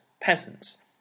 peasants